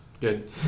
Good